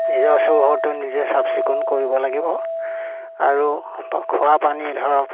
নিজৰ চৌহদটো নিজে চাফ চিকুণ কৰিব লাগিব আৰু খোৱা পানী ধৰক